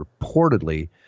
reportedly